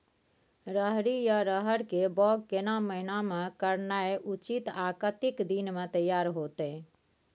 रहरि या रहर के बौग केना महीना में करनाई उचित आ कतेक दिन में तैयार होतय?